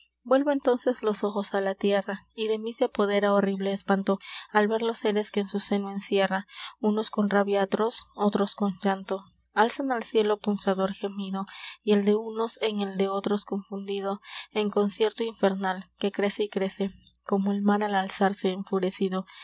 vuelvo entónces los ojos á la tierra y de mí se apodera horrible espanto al ver los séres que en su seno encierra unos con rabia atroz otros con llanto alzan al cielo punzador gemido y el de unos en el de otros confundido en concierto infernal que crece y crece como el mar al alzarse enfurecido